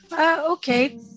Okay